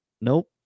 Nope